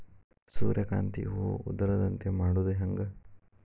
ಸೂರ್ಯಕಾಂತಿ ಹೂವ ಉದರದಂತೆ ಮಾಡುದ ಹೆಂಗ್?